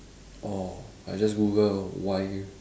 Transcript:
orh I just Google err why